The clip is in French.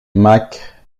mac